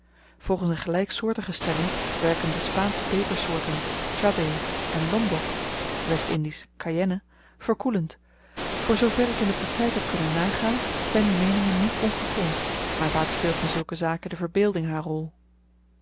volgens n gelyksoortige stelling werken de spaansche pepersoorten tjabeh en lombok westindisch cayenne verkoelend voor zoo ver ik in de praktyk heb kunnen nagaan zyn die meeningen niet ongegrond maar vaak speelt in zulke zaken de verbeelding haar rol